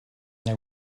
they